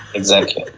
exactly.